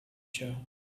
show